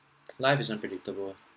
life is unpredictable